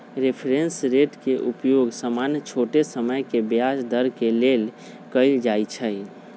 reference rate के उपयोग सामान्य छोट समय के ब्याज दर के लेल कएल जाइ छइ